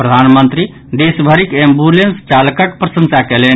प्रधानमंत्री देशभरिक एम्बुलेंस चालक प्रशंसा कयलनि